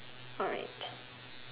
alright